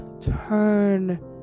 turn